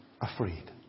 afraid